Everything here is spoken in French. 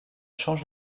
change